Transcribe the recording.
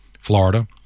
Florida